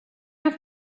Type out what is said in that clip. have